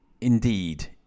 indeed